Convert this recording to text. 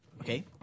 Okay